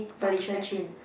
Felicia-Chin